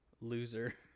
loser